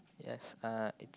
yes uh it's